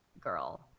girl